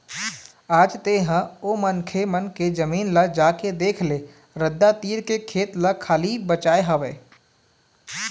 आज तेंहा ओ मनखे मन के जमीन ल जाके देख ले रद्दा तीर के खेत ल खाली बचाय हवय